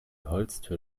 holztür